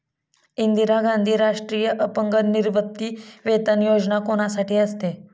इंदिरा गांधी राष्ट्रीय अपंग निवृत्तीवेतन योजना कोणासाठी असते?